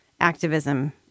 activism